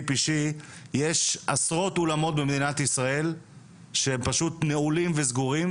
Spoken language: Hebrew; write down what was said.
יש עשרות אולמות במדינת ישראל שהם פשוט נעולים וסגורים,